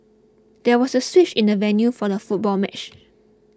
there was a switch in the venue for the football match